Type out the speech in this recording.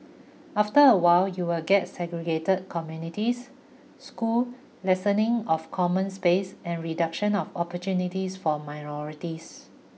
after a while you will get segregated communities schools lessoning of common space and reduction of opportunities for minorities